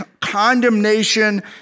condemnation